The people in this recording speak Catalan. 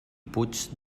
puig